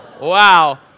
wow